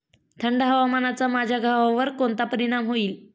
थंड हवामानाचा माझ्या गव्हावर कोणता परिणाम होईल?